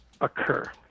occur